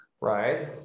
right